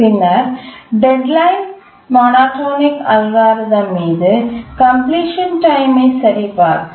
பின்னர் deadline monotonic அல்காரிததின் மீது கம்ப்ளீஸ்ஷன் டைம்ஐ சரிபார்த்தோம்